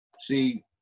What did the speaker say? See